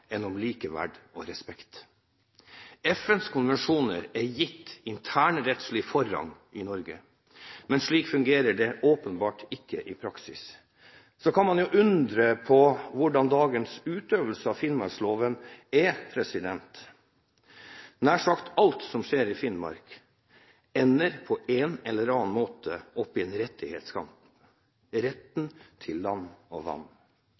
om likeverd og respekt. FNs konvensjoner er gitt internrettslig forrang i Norge, men slik fungerer det åpenbart ikke i praksis. Så kan man jo undre på hvordan dagens utøvelse av finnmarksloven er. Nær sagt alt som skjer i Finnmark, ender på en eller annen måte i en rettighetskamp – om retten til land og vann.